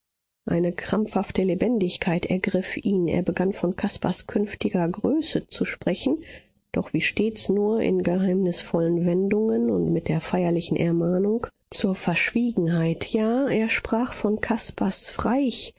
eine krampfhafte lebendigkeit ergriff ihn er begann von caspars künftiger größe zu sprechen doch wie stets nur in geheimnisvollen wendungen und mit der feierlichen ermahnung zur verschwiegenheit ja er sprach von caspars reich